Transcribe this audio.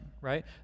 right